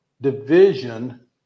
division